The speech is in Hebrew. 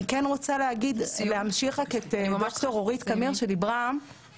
אני רוצה להמשיך את דבריה של אורית קמיר על כך